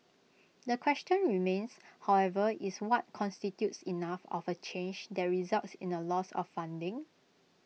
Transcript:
the question remains however is what constitutes enough of A change that results in A loss of funding